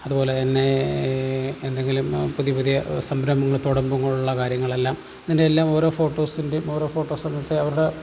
അതുപോലെതന്നേ എന്തെങ്കിലും പുതിയ പുതിയ സംരംഭങ്ങൾ തുടങ്ങുമ്പോഴുള്ള കാര്യങ്ങളെല്ലാം ഇതിൻ്റെയെല്ലാം ഓരോ ഫോട്ടോസിൻ്റേയും ഓരോ ഫോട്ടോസ് അങ്ങനത്തെ അവരുടെ